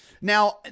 Now